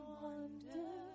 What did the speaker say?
wonder